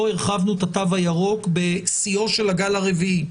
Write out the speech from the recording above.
לא הרחבנו את התו הירוק בשיאו של הגל הרביעי,